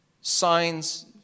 signs